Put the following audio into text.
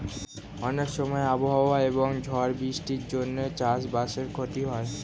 অনেক সময় আবহাওয়া এবং ঝড় বৃষ্টির জন্যে চাষ বাসের ক্ষতি হয়